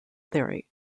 theory